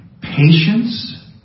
patience